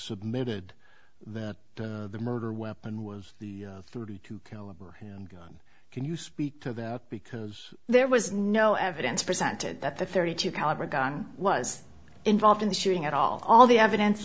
submitted that the murder weapon was the thirty two caliber handgun can you speak to that because there was no evidence presented that the thirty two caliber gun was involved in the shooting at all all the evidence